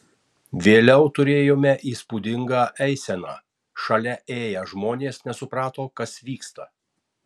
vėliau turėjome įspūdingą eiseną šalia ėję žmonės nesuprato kas vyksta